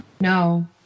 No